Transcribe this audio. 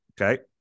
Okay